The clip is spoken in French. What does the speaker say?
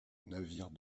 navires